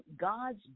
God's